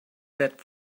that